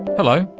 hello,